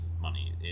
money